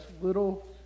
little